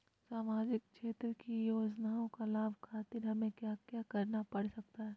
सामाजिक क्षेत्र की योजनाओं का लाभ खातिर हमें क्या क्या करना पड़ सकता है?